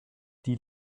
die